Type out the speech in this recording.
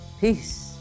peace